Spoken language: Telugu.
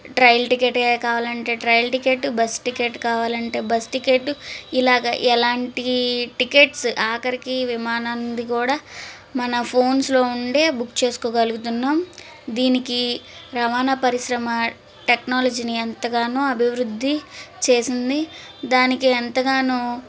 ట్రైల్ టికెట్ కావాలంటే ట్రైల్ టికెట్ బస్సు టికెట్ కావాలంటే బస్ టికెట్ ఇలాగ ఎలాంటి టికెట్స్ ఆఖరికి విమానంది కూడా మన ఫోన్స్లో ఉండే బుక్ చేసుకోగలుగుతున్నాం దీనికి రవాణా పరిశ్రమ టెక్నాలజీని ఎంతగానో అభివృద్ధి చేసింది దానికి ఎంతగానో